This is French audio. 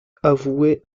avoué